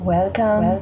Welcome